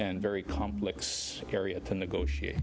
and very complex area to negotiate